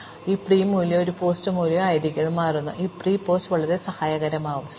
അതിനാൽ ഞാൻ പ്രീ മൂല്യവും ഒരു പോസ്റ്റ് മൂല്യവും ആയിരിക്കും ഇത് മാറുന്നു ഈ പ്രീ പോസ്റ്റ് മൂല്യം വളരെ സഹായകരമാകും